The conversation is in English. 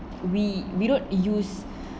we we don't use